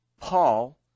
Paul